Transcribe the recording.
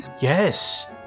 Yes